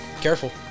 Careful